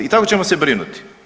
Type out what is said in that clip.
I tako ćemo se brinuti.